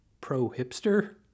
pro-hipster